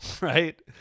right